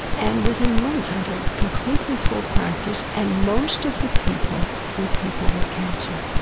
and within months, i had a completely full practice and most of the people were people with cancer,